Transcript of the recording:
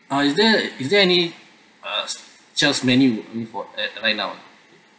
uh is there is there any uh child's menu I mean for err right now